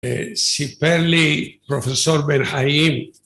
סיפר לי פרופסור בן חיים